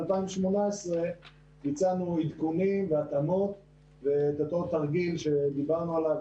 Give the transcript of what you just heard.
ב-2018 ביצענו עדכונים והתאמות ואת אותו תרגיל שדיברנו עליו,